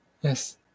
Yes